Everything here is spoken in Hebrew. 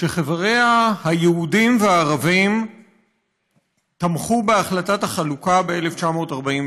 שחבריה היהודים והערבים תמכו בהחלטת החלוקה ב-1947.